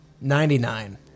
Ninety-nine